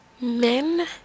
men